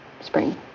spring